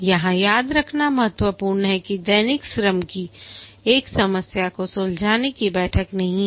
यह याद रखना महत्वपूर्ण है कि दैनिक स्क्रैम एक समस्या को सुलझाने की बैठक नहीं है